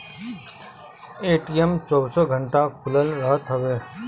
ATM चौबीसो घंटा खुलल रहत हवे